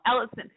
Ellison